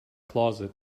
closet